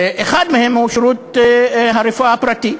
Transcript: ואחד מהם הוא שירות הרפואה הפרטית.